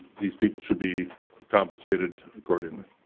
these people should be compensated accordingly.